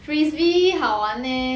frisbee 好玩 leh